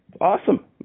Awesome